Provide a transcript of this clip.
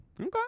Okay